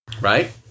Right